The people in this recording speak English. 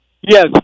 Yes